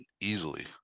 easily